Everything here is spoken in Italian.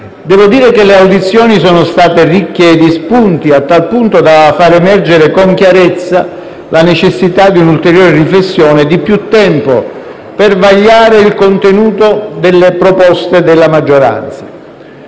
Devo dire che le audizioni sono state ricche di spunti, al punto da far emergere con chiarezza la necessità di un'ulteriore riflessione e di più tempo per vagliare il contenuto delle proposte della maggioranza.